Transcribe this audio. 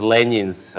Lenin's